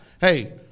Hey